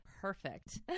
perfect